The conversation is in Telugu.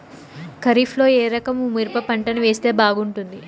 ఖరీఫ్ లో ఏ రకము మిరప పంట వేస్తే బాగుంటుంది